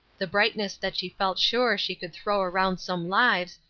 the brightness that she felt sure she could throw around some lives,